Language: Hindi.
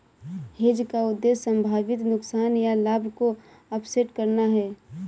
हेज का उद्देश्य संभावित नुकसान या लाभ को ऑफसेट करना है